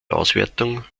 auswertung